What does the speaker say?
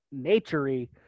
naturey